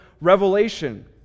revelation